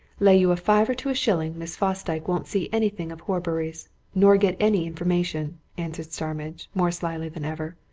lay you a fiver to a shilling miss fosdyke won't see anything of horbury's nor get any information! answered starmidge, more slyly than ever.